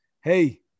Hey